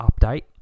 update